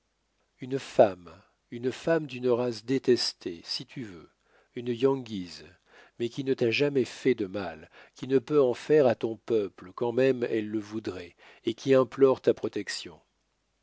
une femme une femme d'une race détestée si tu veux une yengeese mais qui ne t'a jamais fait de mal qui ne peut en faire à ton peuple quand même elle le voudrait et qui implore ta protection